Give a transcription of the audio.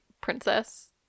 princess